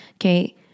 Okay